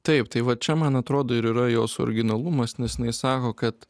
taip tai va čia man atrodo ir yra jos originalumas nes jinai sako kad